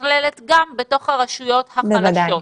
נכללת גם היא בתוך הרשויות החלשות.